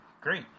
great